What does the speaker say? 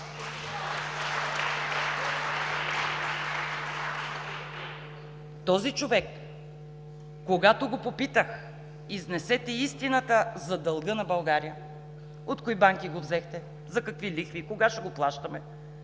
Този човек, когато го попитах: „Изнесете истината за дълга на България – от кои банки го взехте, за какви лихви, кога ще го плащаме?“,